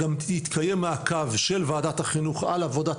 גם יתקיים מעקב של ועדת החינוך על עבודת